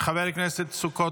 חבר הכנסת סוכות,